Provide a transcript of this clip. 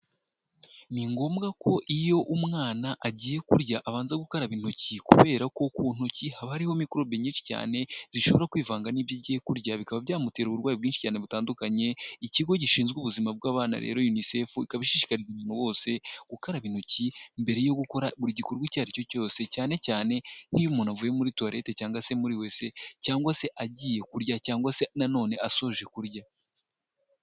Ni ngombwa ko iyo umwana agiye kurya abanza gukaraba intoki kubera ko ku ntoki haba hariho mikorobe nyinshi cyane zishobora kwivanga n'ibyo agiye kurya, bikaba byamutera uburwayi bwinshi cyane butandukanye, ikigo gishinzwe ubuzima bw'abana rero UNICEF, ikaba ishishikariza umuntu bose gukaraba intoki mbere yo gukora buri gikorwa icyo ari cyo cyose, cyane cyane nk'iyo umuntu avuye muri tuwarete cyangwa se muri wese, cyangwa se agiye kurya cyangwa se nanone asoje kurya.